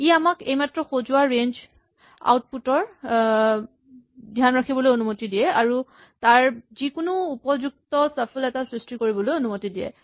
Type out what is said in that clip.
ই আমাক এইমাত্ৰ সজোৱা ৰেঞ্জ আউটপুট ৰ ধ্যান ৰাখিবলৈ অনুমতি দিয়ে আৰু তাৰ যিকোনো উপযুক্ত ছাফল এটা সৃষ্টি কৰিবলৈ অনুমতি দিয়ে